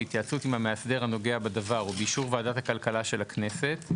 בהתייעצות עם המאסדר הנוגע בדבר ובאישור ועדת הכלכלה של הכנסת,